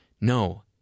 no